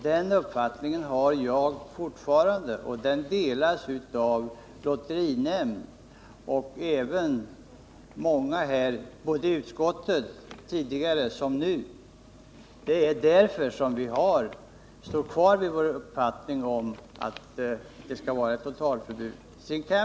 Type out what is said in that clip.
Den uppfattningen har jag fortfarande, och den delas av lotterinämnd och av många ledamöter i utskottet, både tidigare och nu. Därför står vi kvar vid vår uppfattning om ett totalförbud.